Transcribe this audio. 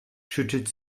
schüttet